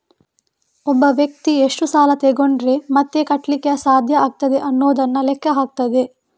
ಒಬ್ಬ ವ್ಯಕ್ತಿ ಎಷ್ಟು ಸಾಲ ತಗೊಂಡ್ರೆ ಮತ್ತೆ ಕಟ್ಲಿಕ್ಕೆ ಸಾಧ್ಯ ಆಗ್ತದೆ ಅನ್ನುದನ್ನ ಲೆಕ್ಕ ಹಾಕ್ತದೆ